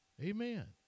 Amen